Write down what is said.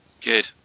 good